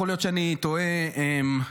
יכול להיות שאני טועה בשמות,